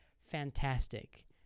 fantastic